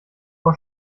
vor